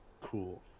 cool